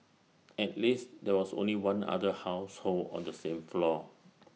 at least there was only one other household on the same floor